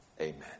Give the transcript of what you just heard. Amen